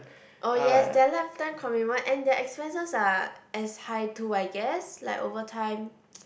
oh yes they are lifetime commitment and their expenses are as high too I guess like over time